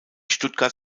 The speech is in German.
stuttgart